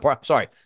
Sorry